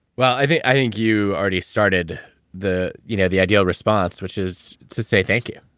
well, i think i think you already started the you know the ideal response, which is to say, thank you.